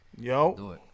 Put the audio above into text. Yo